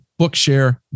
bookshare